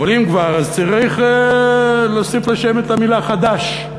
אבל אם כבר, אז צריך להוסיף לשם את המילה "חדש",